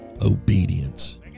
Obedience